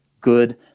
good